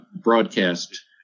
broadcast